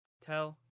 Tell